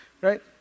right